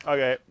Okay